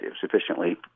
sufficiently